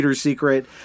secret